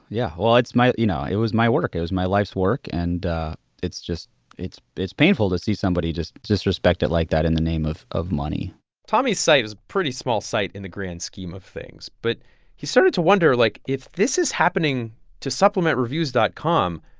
yeah. well, it's my you know, it was my work. it was my life's work. and it's just it's it's painful to see somebody just disrespect it like that in the name of of money tommy's site was a pretty small site in the grand scheme of things. but he started to wonder, like, if this is happening to supplementreviews dot com,